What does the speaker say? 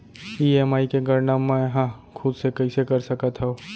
EMI के गड़ना मैं हा खुद से कइसे कर सकत हव?